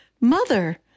Mother